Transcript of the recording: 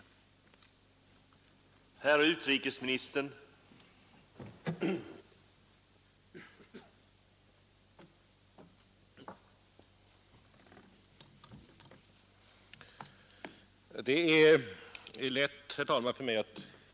den chilenska staten skadeslös. Ett handlande av den karaktären, utan en direkt koppling till den aktuella juridiska tvisten, skulle mycket väl